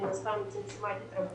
מן הסתם היא צמצמה את התרבותם,